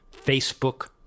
Facebook